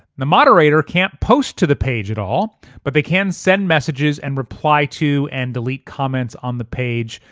the moderator can't post to the page at all but they can send messages and reply to and delete comments on the page.